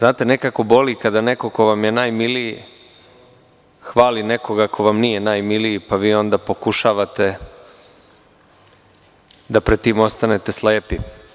Nekako boli kada neko ko vam je najmiliji hvali nekoga ko vam nije najmiliji, pa vi onda pokušavate da pred tim ostanete slepi.